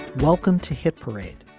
welcome to hit parade,